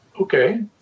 okay